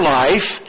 life